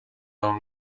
ruzaba